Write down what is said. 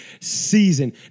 season